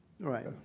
right